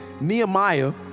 Nehemiah